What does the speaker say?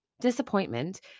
Disappointment